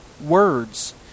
words